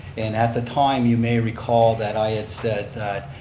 and at the time you may recall that i had said